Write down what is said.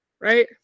Right